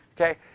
Okay